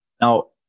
Now